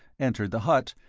entered the hut,